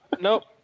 Nope